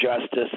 justice